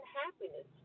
happiness